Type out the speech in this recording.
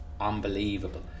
unbelievable